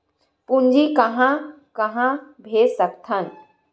पूंजी कहां कहा भेज सकथन?